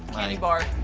candy bar.